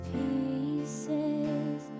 pieces